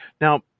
Now